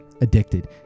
addicted